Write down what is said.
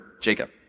Jacob